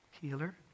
Healer